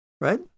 Right